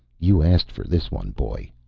you asked for this one, boy.